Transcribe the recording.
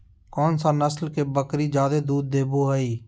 कौन सा नस्ल के बकरी जादे दूध देबो हइ?